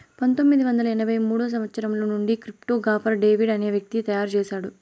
పంతొమ్మిది వందల ఎనభై మూడో సంవచ్చరం నుండి క్రిప్టో గాఫర్ డేవిడ్ అనే వ్యక్తి తయారు చేసాడు